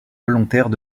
volontaires